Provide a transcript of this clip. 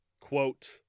Quote